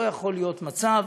לא יכול להיות מצב